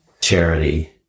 charity